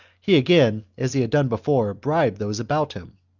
he again, as he had done before, bribed those about him,